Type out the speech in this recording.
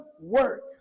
work